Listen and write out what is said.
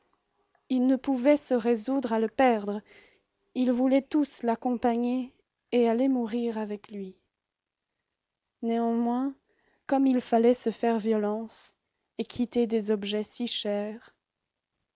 ils ne pouvaient se résoudre à le perdre ils voulaient tous l'accompagner et aller mourir avec lui néanmoins comme il fallait se faire violence et quitter des objets si chers